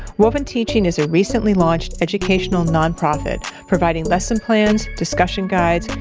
woven teaching is a recently launched educational nonprofit providing lesson plans discussion guides,